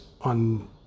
on